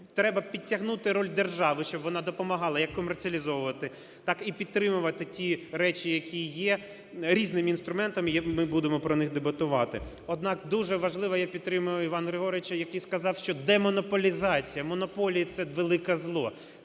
Треба підтягнути роль держави, щоб вона допомагала як комерціалізовувати, так і підтримувати ті речі, які є, різними інструментами, ми будемо про них дебатувати. Однак дуже важливо, я підтримую Івана Григоровича, який сказав, що демонополізація, монополії – це велике зло.